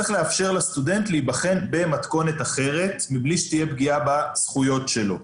צריך לאפשר לסטודנט להיבחן במתכונת אחרת מבלי שתהיה פגיעה בזכויות שלו.